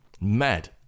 Mad